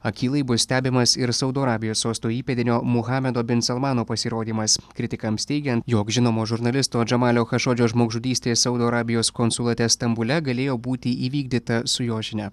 akylai bus stebimas ir saudo arabijos sosto įpėdinio muhamedo bin salmano pasirodymas kritikams teigiant jog žinomo žurnalisto džamalio chašodžio žmogžudystė saudo arabijos konsulate stambule galėjo būti įvykdyta su jo žinia